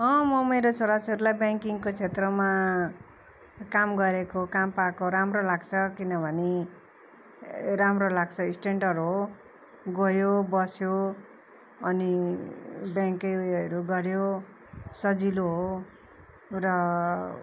म मेरो छोराछोरीलाई ब्याङ्किङको क्षेत्रमा काम गरेको काम पाएको राम्रो लाग्छ किनभने राम्रो लाग्छ स्टान्डर हो गयो बस्यो अनि ब्याङ्ककै उयोहरू गऱ्यो सजिलो हो र